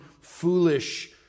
foolish